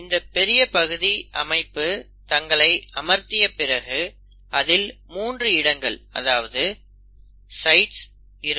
இந்த பெரிய பகுதி அமைப்பு தங்களை அமர்த்திய பிறகு அதில் 3 இடங்கள் அதாவது சைட்கள் இருக்கும்